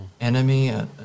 enemy